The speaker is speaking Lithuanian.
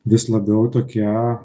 vis labiau tokia